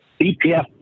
BPF